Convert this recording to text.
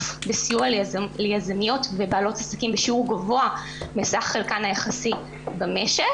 בסיוע ליזמיות ובעלות עסקים בשיעור גבוה מסך חלקן היחסי במשק.